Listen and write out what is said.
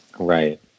Right